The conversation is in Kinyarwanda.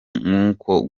nk’uko